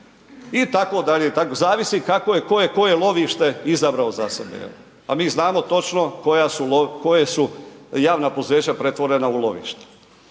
kako je koje lovište izabrao za sebe, jel, a mi znamo točno koja su javna poduzeća pretvorena u lovišta.